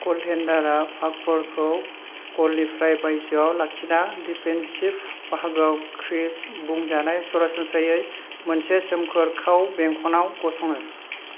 गलटेन्डारा पाकफोरखौ गलनिफ्राय बायजोआव लाखिना डिफेन्सिफ बाहागोआव क्रीज बुंजानाय सरासनस्रायै मोनसे सोमखोर खाव बेंखनाव गसङो